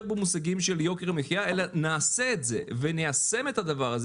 במושגים של יוקר מחיה אלא נעשה את זה וניישם את הדבר הזה